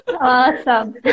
Awesome